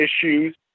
issues